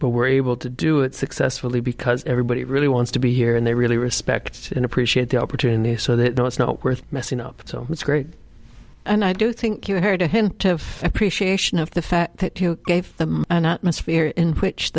but we're able to do it successfully because everybody really wants to be here and they really respect and appreciate the opportunity so that's not worth messing up so it's great and i do think you heard a hint of appreciation of the fact that you gave them a